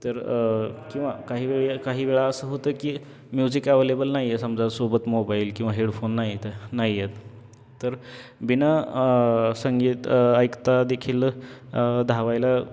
तर किंवा काही वेळ या काही वेळा असं होतं की म्युझिक ॲवलेबल नाही आहे समजा सोबत मोबाईल किंवा हेडफोन नाही येतं नाही आहेत तर बिना संगीत ऐकता देखील धावायला